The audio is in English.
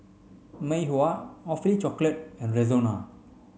Mei Hua Awfully Chocolate and Rexona